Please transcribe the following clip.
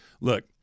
look